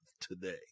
today